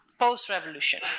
post-revolution